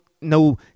no